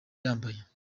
yambaye